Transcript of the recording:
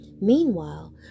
meanwhile